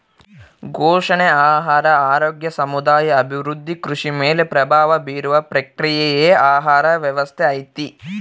ಪೋಷಣೆ ಆಹಾರ ಆರೋಗ್ಯ ಸಮುದಾಯ ಅಭಿವೃದ್ಧಿ ಕೃಷಿ ಮೇಲೆ ಪ್ರಭಾವ ಬೀರುವ ಪ್ರಕ್ರಿಯೆಯೇ ಆಹಾರ ವ್ಯವಸ್ಥೆ ಐತಿ